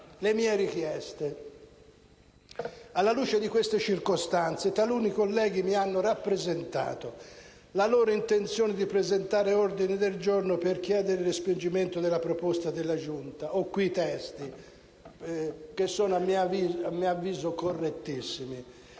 le mie richieste, alla luce di queste circostanze, taluni colleghi mi hanno rappresentato la loro intenzione di presentare ordini del giorno per chiedere il respingimento della proposta della Giunta - ho qui i testi che sono a mio avviso correttissimi